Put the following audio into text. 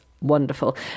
Wonderful